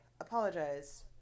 apologize